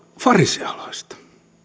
farisealaista